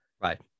Right